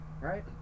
Right